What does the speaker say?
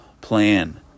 plan